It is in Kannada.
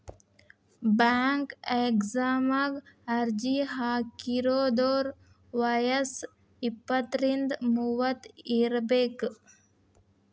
ಬ್ಯಾಂಕ್ ಎಕ್ಸಾಮಗ ಅರ್ಜಿ ಹಾಕಿದೋರ್ ವಯ್ಯಸ್ ಇಪ್ಪತ್ರಿಂದ ಮೂವತ್ ಇರಬೆಕ್